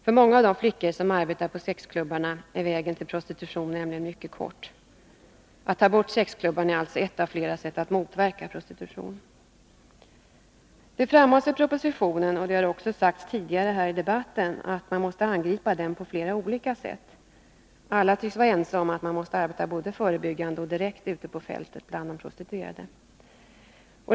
För många av de flickor som arbetar på sexklubbarna är vägen till prostitution mycket kort. Att ta bort sexklubbarna är alltså ett av flera sätt att motverka prostitution. Det framhålls i propositionen — och har också sagts tidigare här i debatten — att prostitutionen måste angripas på flera olika sätt. Alla tycks vara ense om att man måste arbeta både förebyggande och direkt ute på fältet bland de prostituerade.